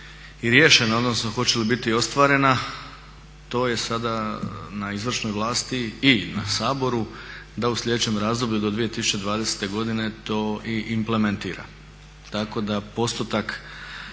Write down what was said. i riješena odnosno hoće li biti ostvarena, to je sada na izvršnoj vlasti i na Saboru da u sljedećem razdoblju do 2020.godine to i implementira. Tako da postotak